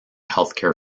healthcare